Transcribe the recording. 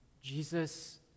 Jesus